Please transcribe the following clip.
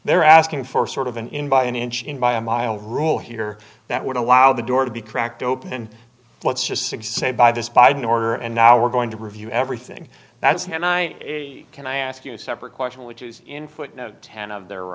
they're asking for sort of an in by an inch in by a mile rule here that would allow the door to be cracked open let's just say by this biden order and now we're going to review everything that's and i can i ask you a separate question which is in footnote ten of their